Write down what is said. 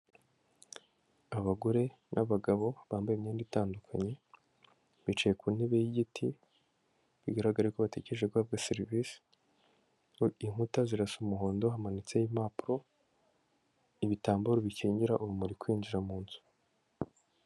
Abagore n'abagabo bambaye imyenda itandukanye bicaye ku ntebe y'igiti bigaragara ko bategereje guhabwa serivisi, inkuta zirasa umuhondo hamanitseho impapuro ibitambaro bikingira urumuri kwinjira mu nzu.